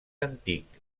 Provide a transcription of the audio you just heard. antic